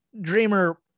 Dreamer